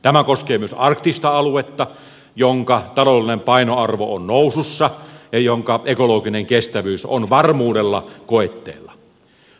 tämä koskee myös arktista aluetta jonka taloudellinen painoarvo on nousussa ja jonka ekologinen kestävyys on varmuudella koetteilla